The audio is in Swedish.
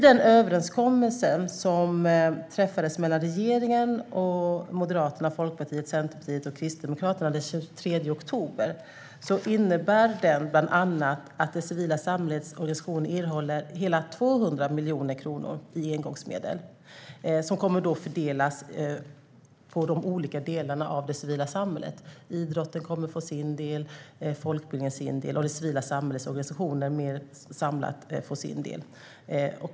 Den överenskommelse som träffades mellan regeringen och Moderaterna, Folkpartiet, Centerpartiet och Kristdemokraterna den 23 oktober innebär bland annat att det civila samhällets organisationer erhåller hela 200 miljoner i engångsmedel. Medlen kommer att fördelas mellan det civila samhällets olika delar. Idrotten kommer att få sin del, folkbildningen kommer att få sin del och det civila samhällets organisationer - mer samlat - kommer att få sin del.